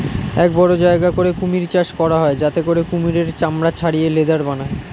এক বড় জায়গা করে কুমির চাষ করা হয় যাতে করে কুমিরের চামড়া ছাড়িয়ে লেদার বানায়